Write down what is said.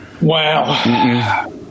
Wow